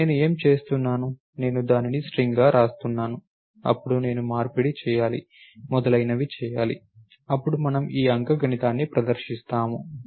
నేను ఏమి చేస్తున్నాను నేను దానిని స్ట్రింగ్గా వ్రాస్తున్నాను అప్పుడు నేను మార్పిడి చేయాలి మొదలైనవి చేయాలి అప్పుడు మనము ఈ అంకగణితాన్ని ప్రదర్శిస్తాము